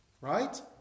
Right